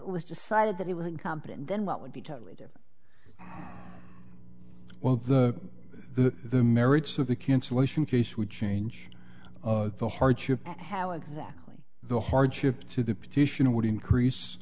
was decided that it was incompetent then what would be totally different well the the the merits of the cancellation case would change the hardship how exactly the hardship to the petition would increase